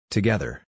Together